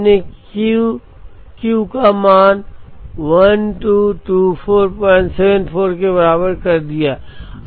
हमने Q Q का मान 122474 के बराबर कर दिया है